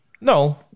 No